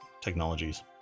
technologies